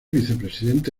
vicepresidente